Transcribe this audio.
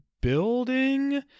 building